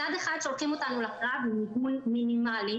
מצד אחד שולחים אותנו לקרב עם מיגון מינימלי.